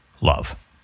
love